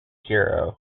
hero